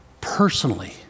Personally